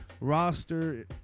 roster